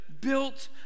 built